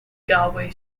galway